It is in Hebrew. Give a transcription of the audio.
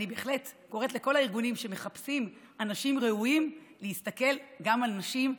אני קוראת בהחלט לכל הארגונים שמחפשים אנשים ראויים להסתכל גם על נשים,